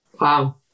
Wow